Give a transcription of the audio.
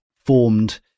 formed